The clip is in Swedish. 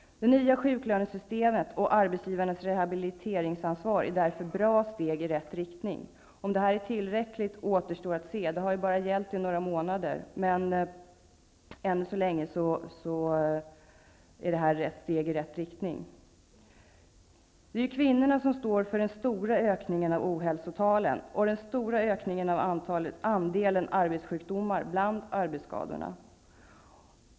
Det nya sjuklönesystemet och arbetsgivarens rehabiliteringsansvar är därför bra steg i rätt riktning. Det återstår att se om det är tillräckligt. Det har ju bara gällt i några månader. Men det är ett steg i rätt riktning. Det är kvinnorna som står för den stora ökningen av ohälsotalen och den stora ökningen av arbetssjukdomar bland arbetsskadorna.